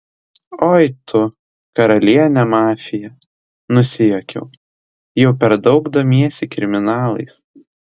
oi tu karaliene mafija nusijuokiau jau per daug domiesi kriminalais